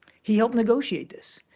he helped negotiate this.